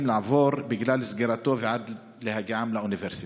לעבור בגלל סגירתו עד הגיעם לאוניברסיטה?